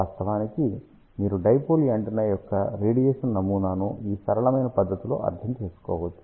వాస్తవానికి మీరు dipole antenna యొక్క రేడియేషన్ నమూనాను ఈ సరళమైన పద్ధతిలో అర్థం చేసుకోవచ్చు